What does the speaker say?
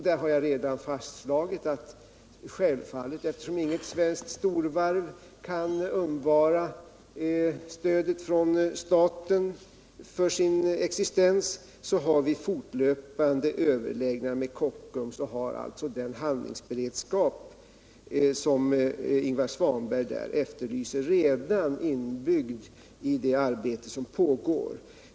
Jag har redan fastslagit att eftersom inget svenskt storvarv kan undvara stöd från staten för sin existens så har vi fortlöpande överläggningar med Kockums. Vi har alltså den handlingsberedskap som Ingvar Svanberg efterlyser inbyggd i det arbete som pågår.